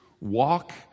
walk